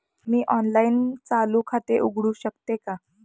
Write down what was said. मी online चालू खाते उघडू शकते का?